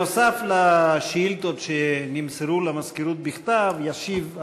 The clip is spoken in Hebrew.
נוסף על השאילתות שנמסרו למזכירות בכתב ישיב השר,